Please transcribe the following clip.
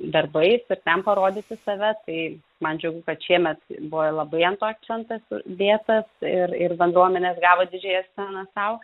darbais ir ten parodyti save tai man džiugu kad šiemet buvo labai ant to akcentas dėtas ir ir bendruomenės gavo didžiąją sceną sau